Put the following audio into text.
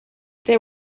there